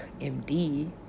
MD